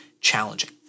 challenging